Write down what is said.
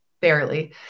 barely